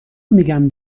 میگم